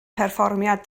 perfformiad